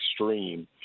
extreme